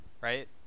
right